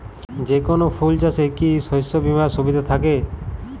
যেকোন ফুল চাষে কি শস্য বিমার সুবিধা থাকে?